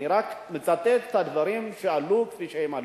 אני רק מצטט את הדברים שעלו כפי שהם עלו.